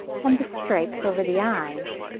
and the stripes over the eyes,